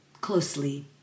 closely